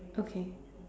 okay